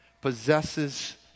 possesses